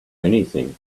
anything